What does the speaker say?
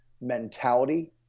mentality